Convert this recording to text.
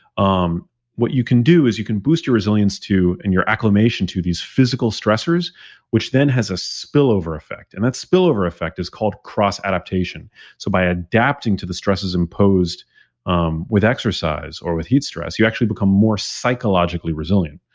um what you can do is you can boost your resilience to and your acclamation to these physical stressors which then has a spillover effect, and that spillover effect is called cross-adaptation so by adapting to the stresses imposed um with exercise or with heat stress, you actually become more psychologically resilient,